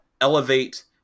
elevate